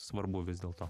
svarbu vis dėlto